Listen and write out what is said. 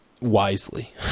wisely